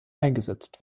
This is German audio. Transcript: eingesetzt